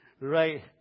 Right